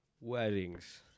Weddings